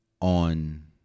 on